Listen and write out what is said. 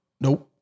Nope